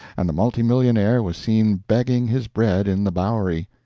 and the multimillionaire was seen begging his bread in the bowery.